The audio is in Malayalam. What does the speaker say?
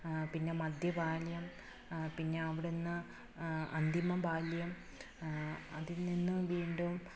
പിന്നെ മധ്യ ബാല്യം പിന്നെ അവിടുന്ന് അന്തിമ ബാല്യം അതിൽ നിന്നും വീണ്ടും